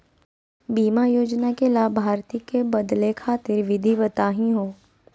बीमा योजना के लाभार्थी क बदले खातिर विधि बताही हो?